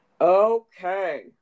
Okay